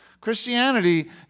Christianity